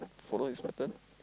follow his pattern